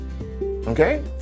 okay